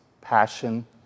passion